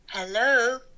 Hello